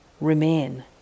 remain